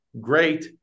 great